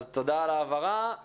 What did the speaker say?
אז תודה על הבהרה.